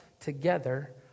together